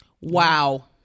Wow